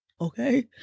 Okay